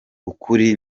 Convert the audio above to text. ukuri